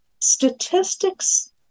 statistics